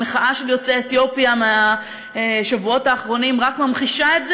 המחאה של יוצאי אתיופיה בשבועות האחרונים רק ממחישה את זה,